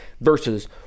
versus